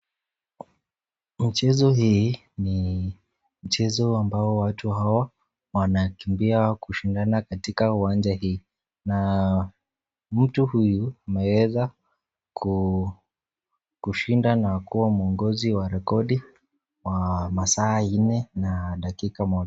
Michezo hii ni michezo ambayo watu hawa wanakimbia kushindana katika uwanja hii. Mtu huyu anaweza kumeshinda na kuwa mwangozi wa rekodi ya masaa nne na dakika moja.